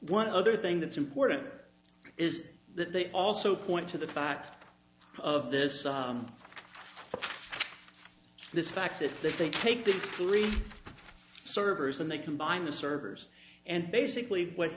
one other thing that's important here is that they also point to the fact of this this fact if they take these three servers and they combine the servers and basically what